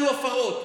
היו הפרות,